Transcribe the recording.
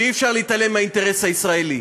שאי-אפשר להתעלם מהאינטרס הישראלי.